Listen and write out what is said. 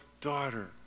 daughter